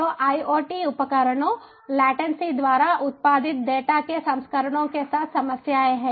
तो आईओटी उपकरणों लेटन्सी द्वारा उत्पादित डेटा के संस्करणों के साथ समस्याएं हैं